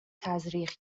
تزریق